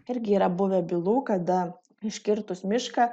irgi yra buvę bylų kada iškirtus mišką